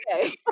okay